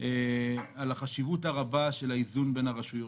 את החשיבות הרבה של האיזון בין הרשויות.